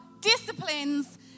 disciplines